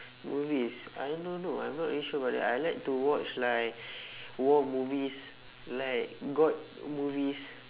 movies I don't know ah I'm not really sure about that I like to watch like war movies like god movies